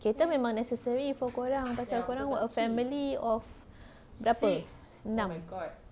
kereta memang necessary for korang pasal korang a family of enam